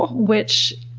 which,